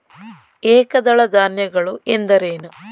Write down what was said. ಏಕದಳ ಧಾನ್ಯಗಳು ಎಂದರೇನು?